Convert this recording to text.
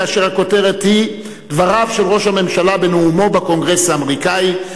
כאשר הכותרת היא: דבריו של ראש הממשלה בנאומו בקונגרס האמריקני.